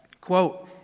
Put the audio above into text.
Quote